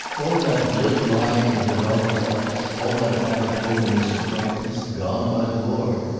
all that glib lying in the doctor's office, all that apparent openness and frankness, gone by the board!